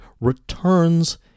returns